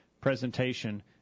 presentation